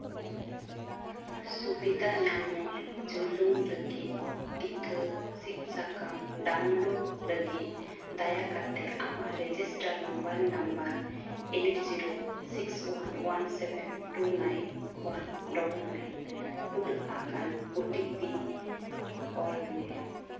ᱥᱩᱵᱤᱫᱟ ᱧᱟᱢᱚᱠ ᱡᱩᱞᱩᱝ ᱞᱟᱹᱜᱤᱫ ᱴᱤᱠᱟᱹ ᱥᱤᱫᱽ ᱥᱟᱠᱟᱢ ᱰᱟᱣᱩᱱᱞᱳᱰ ᱞᱟᱹᱜᱤᱫ ᱫᱟᱭᱟ ᱠᱟᱛᱮ ᱟᱢᱟᱜ register mobile number eight zero six one one seven two nine one double nine ᱠᱩᱞ ᱟᱠᱟᱱ ᱳ ᱴᱤ ᱯᱤ ᱚᱞ ᱢᱮ